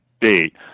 date